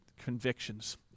convictions